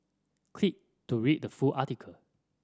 click to read the full article